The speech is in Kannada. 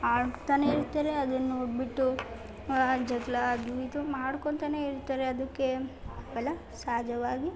ಆಡ್ತಾನೆ ಇರ್ತಾರೆ ಅದನ್ನು ನೋಡಿಬಿಟ್ಟು ಜಗಳ ಅದು ಇದು ಮಾಡ್ಕೊತಾನೇ ಇರ್ತಾರೆ ಅದಕ್ಕೆ ಎಲ್ಲ ಸಹಜವಾಗಿ